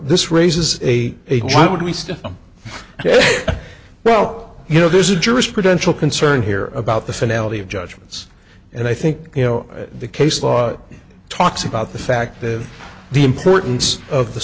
this raises a a what would we still ok well you know there's a jurisprudential concern here about the finale of judgments and i think you know the case law it talks about the fact that the importance of the